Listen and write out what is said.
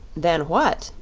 then what?